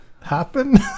happen